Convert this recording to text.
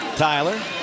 Tyler